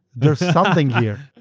thereaeurs something here.